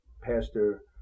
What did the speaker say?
Pastor